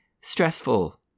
stressful